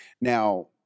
Now